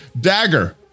Dagger